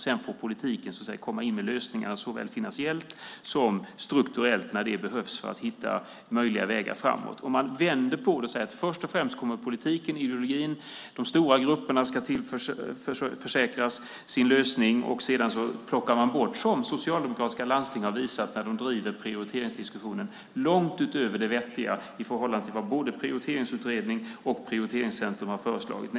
Sedan får politiken så att säga komma in med lösningarna såväl finansiellt som strukturellt när det behövs för att hitta möjliga vägar framåt. Vänder man på det säger man att först och främst kommer politiken, ideologin. De stora grupperna ska tillförsäkras sin lösning. Sedan plockar man bort enskilda diagnoser och åtgärder från det offentligas åtagande, som socialdemokratiska landsting har visat när de driver prioriteringsdiskussionen långt utöver det vettiga i förhållande till vad både Prioriteringsutredningen och Prioriteringscentrum har föreslagit.